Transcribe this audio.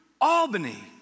Albany